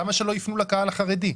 למה שלא יפנו לקהל החרדי?